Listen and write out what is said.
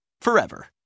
forever